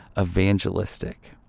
evangelistic